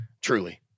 Truly